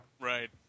Right